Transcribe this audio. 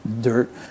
dirt